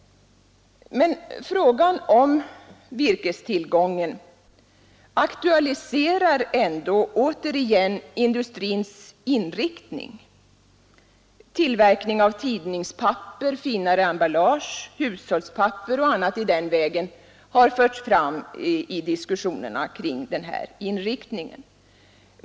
Men frågan om virkestillgången aktualiserar ändå återigen industrins inriktning. Möjligheten att tillverka tidningspapper, finare emballage, hushållspapper och annat i den vägen har förts fram i diskussionerna.